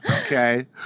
Okay